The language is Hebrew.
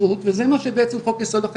ההבנה הזאת היא